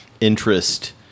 interest